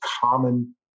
common